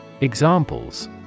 Examples